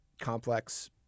complex